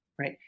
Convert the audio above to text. right